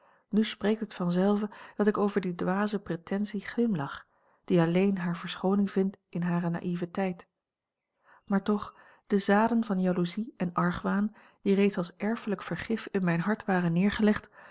nu spreekt het vanzelve dat ik over die dwaze pretensie glimlach die alleen hare verschooning vindt in hare naïveteit maar toch de zaden van jaloezie en argwaan die reeds als erfelijk vergif in mijn hart waren neergelegd